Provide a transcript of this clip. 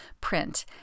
print